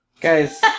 Guys